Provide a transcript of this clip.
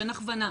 כשאין הכוונה,